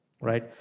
right